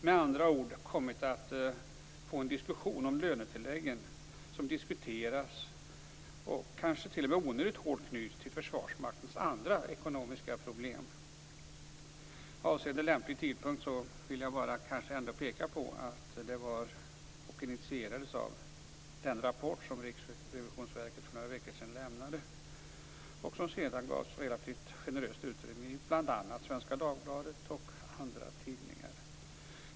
Med andra ord har det kommit att bli en diskussion om lönetilläggen som kanske onödigt hårt knyts till Försvarsmaktens andra ekonomiska problem. Avseende lämplig tidpunkt vill jag bara peka på att interpellationen initierades av den rapport som Riksrevisionsverket lämnade för några veckor sedan och som sedan gavs relativt generöst utrymme i Svenska Dagbladet och andra tidningar.